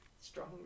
Strong